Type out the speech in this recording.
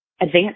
Advanced